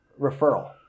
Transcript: referral